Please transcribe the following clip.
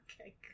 Okay